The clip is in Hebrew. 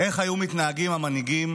היו מתנהגים המנהיגים